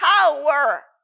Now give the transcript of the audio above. Power